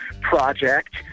project